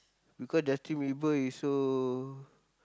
because Justin-Bieber is so